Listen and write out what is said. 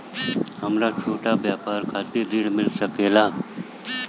हमरा छोटा व्यापार खातिर ऋण मिल सके ला?